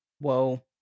Whoa